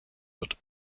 wird